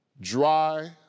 Dry